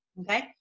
Okay